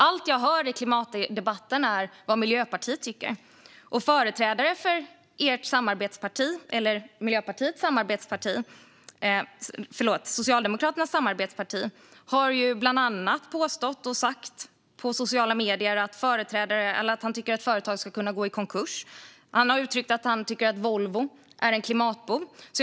Allt jag hör i klimatdebatten är vad Miljöpartiet tycker. En företrädare för Socialdemokraternas samarbetsparti har på sociala medier bland annat sagt att han tycker att företag ska kunna gå i konkurs. Han har uttryckt att han tycker att Volvo är en klimatbov.